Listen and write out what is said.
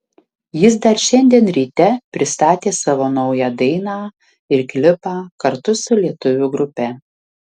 jis dar šiandien ryte pristatė savo naują dainą ir klipą kartu su lietuvių grupe